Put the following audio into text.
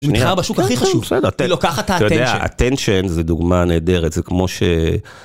היא מתחרה בשוק הכי חשוב, היא לוקחת את האטנשן. אתה יודע, האטנשן זו דוגמה נהדרת, זה כמו ש...